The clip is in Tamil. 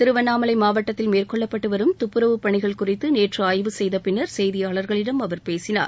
திருவண்ணாமலை மாவட்டத்தில் மேற்கொள்ளப்பட்டு வரும் துப்புரவு பணிகள் குறித்து நேற்று ஆய்வு செய்த பின்னர் செய்தியாளர்களிடம் அவர் பேசினார்